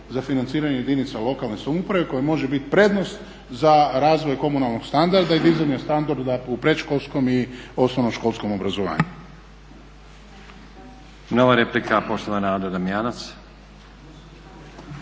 za financiranje jedinica lokalne samouprave koja može bit prednost za razvoj komunalnog standarda i dizanja standarda u predškolskom i osnovnoškolskom obrazovanju. **Stazić, Nenad (SDP)**